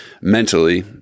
mentally